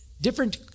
different